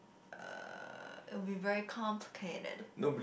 uh it'll be very complicated